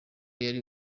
yari